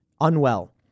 Unwell